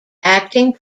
acting